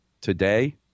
today